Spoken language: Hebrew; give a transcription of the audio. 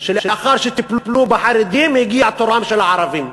שלאחר שטיפלו בחרדים הגיע תורם של הערבים.